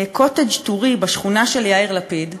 קוטג' טורי בשכונה של יאיר לפיד,